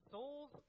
Souls